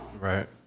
Right